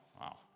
wow